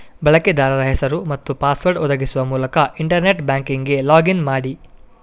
ಬಳಕೆದಾರ ಹೆಸರು ಮತ್ತು ಪಾಸ್ವರ್ಡ್ ಒದಗಿಸುವ ಮೂಲಕ ಇಂಟರ್ನೆಟ್ ಬ್ಯಾಂಕಿಂಗಿಗೆ ಲಾಗ್ ಇನ್ ಮಾಡಿ